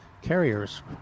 carriers